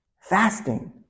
fasting